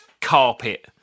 carpet